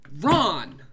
Ron